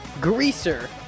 greaser